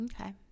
Okay